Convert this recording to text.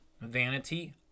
vanity